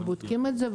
ובודקים את זה,